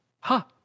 Ha